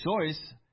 choice